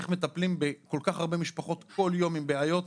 איך מטפלים בכל כך הרבה משפחות כל יום עם בעיות,